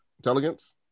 intelligence